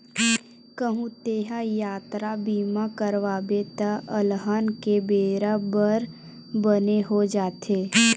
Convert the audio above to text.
कहूँ तेंहा यातरा बीमा करवाबे त अलहन के बेरा बर बने हो जाथे